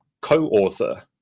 co-author